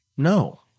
No